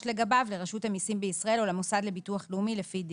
לגביו לרשות המיסים בישראל או למוסד לביטוח לאומי לפי דין.